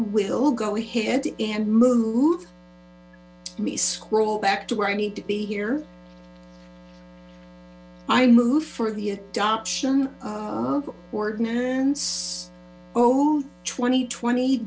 will go ahead and move scroll back to where i need to be here i moved for the adoption of ordinance oh twenty twenty